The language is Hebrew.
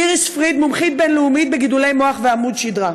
איריס פריד היא מומחית בין-לאומית בגידולי מוח ועמוד שידרה,